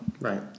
right